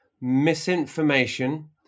misinformation